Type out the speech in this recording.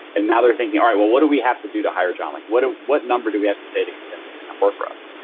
and now they're thinking, all right, well what do we have to do hire john? like what what number do we have to say to convince him to come work for us?